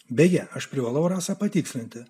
beje aš privalau rasa patikslinti